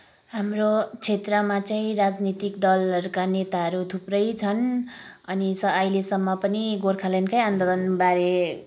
हाम्रो क्षेत्रमा चाहिँ राजनीतिक दलहरूका नेताहरू थुप्रै छन् अनि अहिलेसम्म पनि गोर्खाल्यान्डकै आन्दोलनबारे